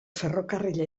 ferrokarrila